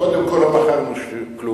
קודם כול לא מכרנו כלום.